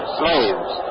slaves